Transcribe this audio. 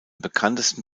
bekanntesten